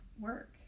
work